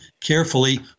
carefully